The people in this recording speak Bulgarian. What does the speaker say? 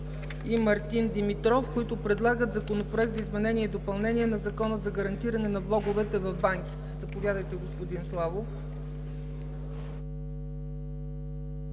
и Мартин Димитров, които предлагат Законопроект за изменение и допълнение на Закона за гарантиране на влогове в банките. Заповядайте, господин Славов.